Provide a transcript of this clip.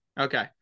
Okay